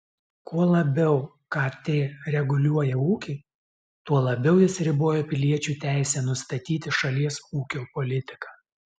kuo labiau kt reguliuoja ūkį tuo labiau jis riboja piliečių teisę nustatyti šalies ūkio politiką